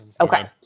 Okay